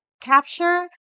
capture